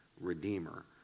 Redeemer